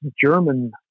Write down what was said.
German